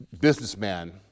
businessman